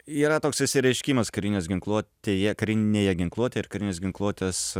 yra toks išsireiškimas karinės ginkluotėje karinėje ginkluotėje ir karinės ginkluotės